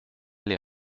les